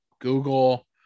google